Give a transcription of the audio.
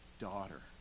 daughter